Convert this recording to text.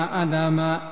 adama